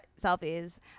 selfies